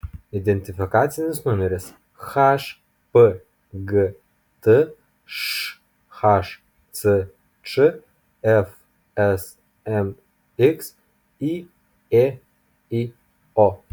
identifikacinis numeris hpgt šhcč fsmx yėyo